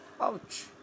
ouch